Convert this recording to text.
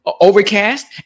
Overcast